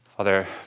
Father